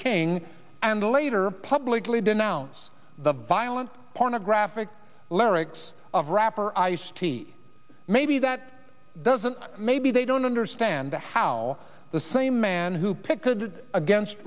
king and later publicly denounce the violent pornographic lyrics of rapper ice t maybe that doesn't maybe they don't understand how the same man who picketed against